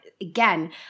Again